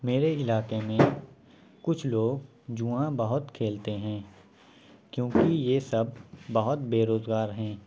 میرے علاقے میں کچھ لوگ جوا بہت کھیلتے ہیں کیوں کہ یہ سب بہت بے روزگار ہیں